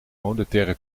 monetaire